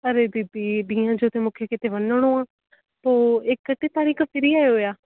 अरे दीदी ॾींहु जो त मूंखे किथे वञिणो आहे पोइ एकटीह तारीख़ फ्री आहियो या